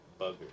bugger